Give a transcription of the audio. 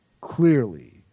clearly